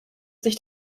sich